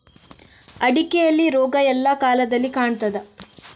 ಅಡಿಕೆಯಲ್ಲಿ ರೋಗ ಎಲ್ಲಾ ಕಾಲದಲ್ಲಿ ಕಾಣ್ತದ?